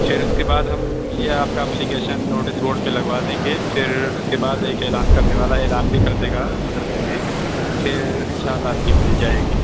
پھر اُس کے بعد ہم یہ آپ کا اپلیکیشن نوٹس بورڈ پے لگوا دیں گے پھر اُس کے بعد ایک اعلان کرنے والا اعلان کر دے گا مدرسے میں پھر اِنشاء اللہ آپ کی مِل جائے گی